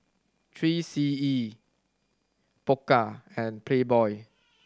Three C E Pokka and Playboy